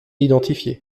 identifié